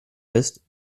fest